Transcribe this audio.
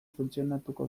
funtzionatuko